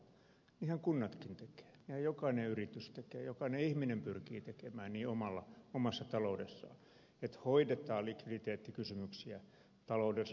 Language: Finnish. niinhän kunnatkin tekevät niinhän jokainen yritys tekee ja jokainen ihminen pyrkii tekemään niin omassa taloudessaan että hoidetaan likviditeettikysymyksiä taloudellisella tavalla